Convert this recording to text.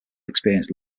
experienced